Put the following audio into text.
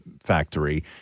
factory